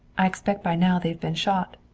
i expect by now they've been shot.